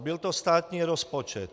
Byl to státní rozpočet.